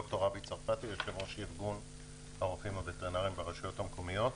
אני יושב-ראש ארגון הרופאים הווטרינריים ברשויות המקומיות.